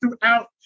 throughout